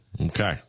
Okay